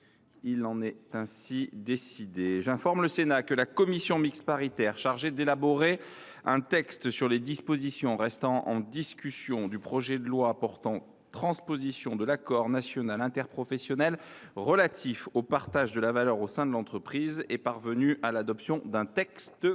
Il en est ainsi décidé. J’informe le Sénat que la commission mixte paritaire chargée d’élaborer un texte sur les dispositions restant en discussion du projet de loi portant transposition de l’accord national interprofessionnel relatif au partage de la valeur au sein de l’entreprise est parvenue à l’adoption d’un texte